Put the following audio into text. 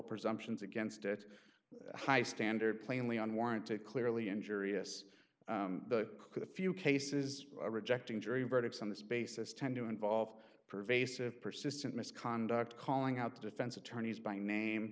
presumptions against it high standard plainly unwarranted clearly injuriously the could a few cases rejecting jury verdicts on this basis tend to involve pervasive persistent misconduct calling out defense attorneys by name